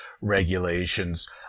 regulations